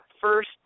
first